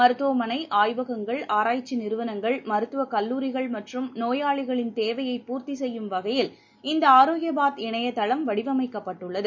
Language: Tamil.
மருத்துவமனைகள் ஆராய்ச்சிநிறுவனங்கள் ஆய்வகங்கள் மருத்துவக் கல்லூரிகள் மற்றும் நோயாளிகளின் தேவையை பூர்த்திசெய்யும் வகையில் இந்தஆரோக்கியபாத் இணையதளம் வடிவமைக்கப்பட்டுள்ளது